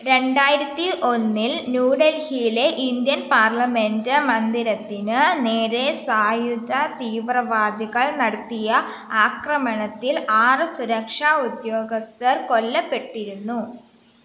രണ്ടായിരത്തി ഒന്നിൽ ന്യൂ ഡൽഹിയിലെ ഇന്ത്യൻ പാർലമെൻറ് മന്ദിരത്തിന് നേരെ സായുധ തീവ്രവാദികൾ നടത്തിയ ആക്രമണത്തിൽ ആറ് സുരക്ഷാ ഉദ്യോഗസ്ഥർ കൊല്ലപ്പെട്ടിരുന്നു